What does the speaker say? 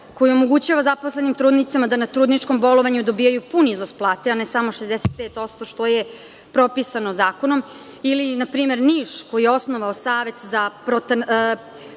koji omogućava zaposlenim trudnicama da na trudničkom bolovanju pun iznos plate, a ne samo 65%, što je propisano zakonom ili Niš koji je osnovao savet za pronatalitetnu